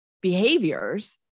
behaviors